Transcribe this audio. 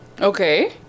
Okay